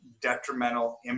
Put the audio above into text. detrimental